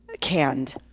canned